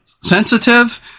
sensitive